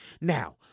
Now